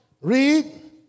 Read